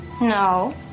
No